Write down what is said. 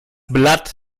blatt